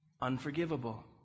unforgivable